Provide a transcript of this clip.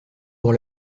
pour